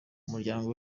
umuryango